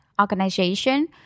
organization